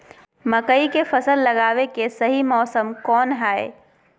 मकई के फसल लगावे के सही मौसम कौन हाय?